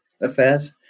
affairs